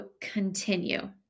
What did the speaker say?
continue